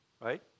Right